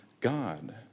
God